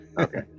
Okay